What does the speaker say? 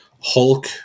Hulk